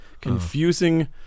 confusing